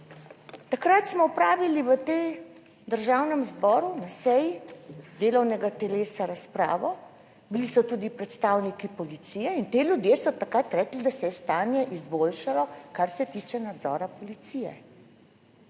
Takrat smo opravili v tem Državnem zboru na seji delovnega telesa razpravo, bili so tudi predstavniki policije in ti ljudje so takrat rekli, da se je stanje izboljšalo, kar se tiče nadzora policije.